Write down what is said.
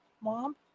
Mom